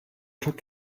took